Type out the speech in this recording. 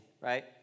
right